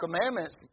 commandments